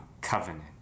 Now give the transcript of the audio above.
covenant